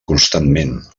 constantment